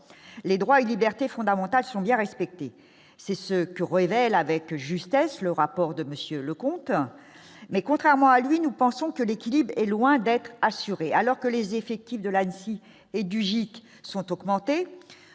les droits et libertés fondamentales sont bien respectées, c'est ce que révèle avec justesse le rapport de monsieur Leconte mais contrairement à lui, nous pensons que l'équilibre est loin d'être assurée, alors que les effectifs de la et du GIC sont augmentées,